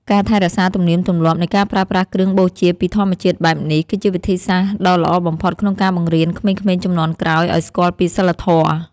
ការថែរក្សាទំនៀមទម្លាប់នៃការប្រើប្រាស់គ្រឿងបូជាពីធម្មជាតិបែបនេះ គឺជាវិធីសាស្ត្រដ៏ល្អបំផុតក្នុងការបង្រៀនក្មេងៗជំនាន់ក្រោយឱ្យស្គាល់ពីសីលធម៌។